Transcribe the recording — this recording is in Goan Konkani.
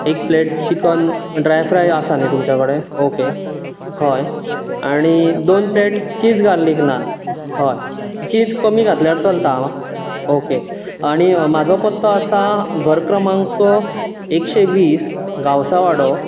एक प्लेट चिकन ड्राय फ्राय आसा न्ही तुमचे कडेन ओके हय आनी दोन प्लेट चिज गार्लीक नान हय चिज कमी घातल्यार चलता आं ओके आनी म्हाजो पत्तो आसा घर क्रमांक एकशें वीस गांवसावाडो